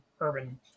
urban